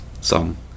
song